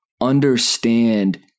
understand